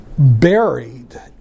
buried